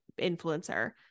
influencer